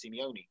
Simeone